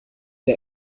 der